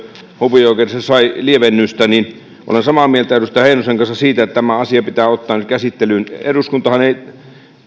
hovioikeudessa sai lievennystä niin olen samaa mieltä edustaja heinosen kanssa siitä että tämä asia pitää ottaa nyt käsittelyyn eduskuntahan ei